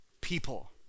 people